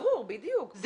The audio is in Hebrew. ברור, בדיוק.